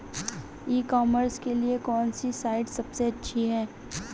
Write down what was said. ई commerce के लिए कौनसी साइट सबसे अच्छी है?